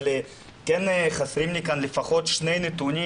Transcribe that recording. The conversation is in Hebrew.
אבל חסרים לי כאן לפחות שני נתונים.